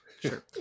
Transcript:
Sure